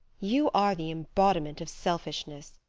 you are the embodiment of selfishness,